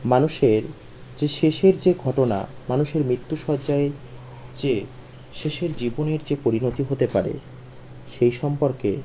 মানুষের যে শেষের যে ঘটনা মানুষের মৃত্যুশয্যায় যে শেষের জীবনের যে পরিণতি হতে পারে সেই সম্পর্কে